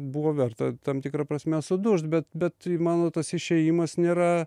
buvo verta tam tikra prasme sudužt bet bet mano tas išėjimas nėra